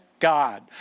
God